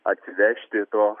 atsivežti to